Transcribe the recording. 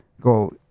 go